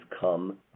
come